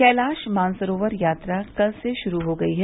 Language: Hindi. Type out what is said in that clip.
कैलाश मानसरोवर यात्रा कल से शुरू हो गई है